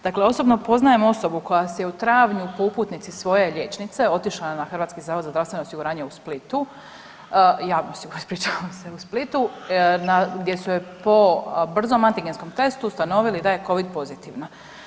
Dakle, osobno poznajem osobu koja se u travnju po uputnici svoje liječnice otišla na Hrvatski zavod za zdravstveno osiguranje u Splitu gdje su joj po brzom antigenskom testu ustanovili da je covid pozitivna.